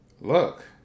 look